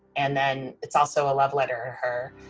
and then it's also a love letter. her